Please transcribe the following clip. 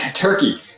turkey